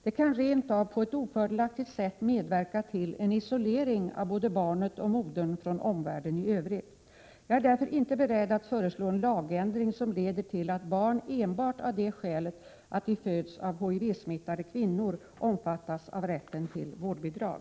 Det kan rent av på ett ofördelaktigt sätt medverka till en isolering av både barnet och modern från omvärlden i övrigt. Jag är därför inte beredd att föreslå en lagändring som leder till att barn enbart av det skälet att de föds av HIV-smittade kvinnor omfattas av rätten till vårdbidrag.